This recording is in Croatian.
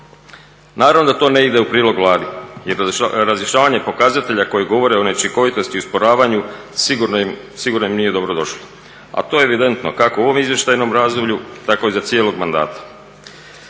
Naravno da to ne ide u prilog Vladi jer razjašnjavanje pokazatelja koji govore o neučinkovitosti i usporavanju sigurno im nije dobrodošlo. A to je evidentno kako u ovom izvještajnom razdoblju tako i za cijelog mandata.